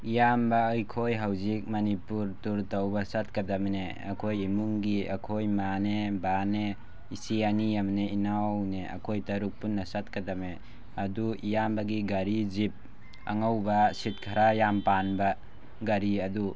ꯏꯌꯥꯝꯕ ꯑꯩꯈꯣꯏ ꯍꯧꯖꯤꯛ ꯃꯅꯤꯄꯨꯔ ꯇꯨꯔ ꯇꯧꯕ ꯆꯠꯀꯗꯕꯅꯦ ꯑꯩꯈꯣꯏ ꯏꯃꯨꯡꯒꯤ ꯑꯩꯈꯣꯏ ꯏꯃꯥꯅꯦ ꯕꯥꯅꯦ ꯏꯆꯦ ꯑꯅꯤ ꯑꯃꯅꯦ ꯏꯅꯥꯎꯅꯦ ꯑꯩꯈꯣꯏ ꯇꯔꯨꯛ ꯄꯨꯟꯅ ꯆꯠꯀꯗꯕꯅꯦ ꯑꯗꯨ ꯏꯌꯥꯝꯕꯒꯤ ꯒꯥꯔꯤ ꯖꯤꯞ ꯑꯉꯧꯕ ꯁꯤꯠ ꯈꯔ ꯌꯥꯝ ꯄꯥꯟꯕ ꯒꯥꯔꯤ ꯑꯗꯨ